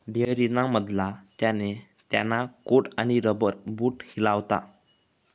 dairy ना मधमा त्याने त्याना कोट आणि रबर बूट हिलावात